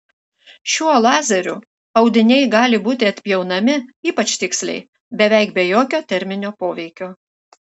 šiuo lazeriu audiniai gali būti atpjaunami ypač tiksliai beveik be jokio terminio poveikio